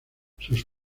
sus